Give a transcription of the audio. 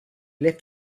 left